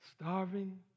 starving